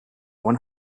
one